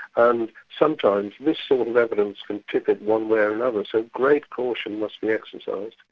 and sometimes this sort of evidence can tip it one way or another. so, great caution must be exercised.